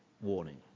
warning